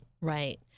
right